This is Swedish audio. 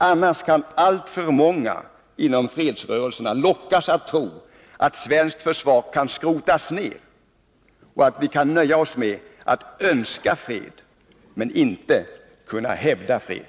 Annars kan alltför många inom fredsrörelserna lockas att tro att svenskt försvar kan skrotas ned, att vi kan nöja oss med att önska fred, men inte kunna hävda fred.